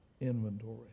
inventory